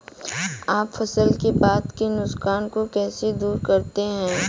आप फसल के बाद के नुकसान को कैसे दूर करते हैं?